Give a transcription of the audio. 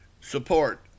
support